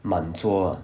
满桌 ah